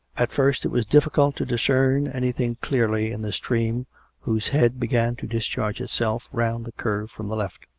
at first it was difficult to discern anything clearly in the srtream whose head began to discharge itself round the curve from the left.